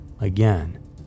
again